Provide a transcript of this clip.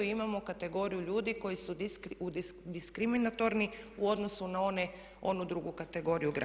Imamo kategoriju ljudi koji su diskriminatorni u odnosu na onu drugu kategoriju građana.